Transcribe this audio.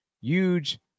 huge